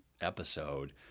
episode